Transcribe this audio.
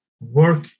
work